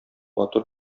матур